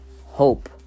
hope